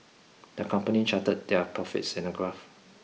the company charted their profits in a graph